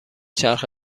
چرخ